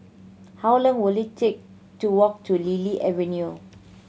how long will it take to walk to Lily Avenue